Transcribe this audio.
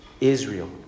Israel